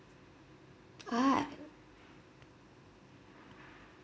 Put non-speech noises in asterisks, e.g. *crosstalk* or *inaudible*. ah *noise*